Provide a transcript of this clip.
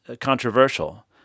controversial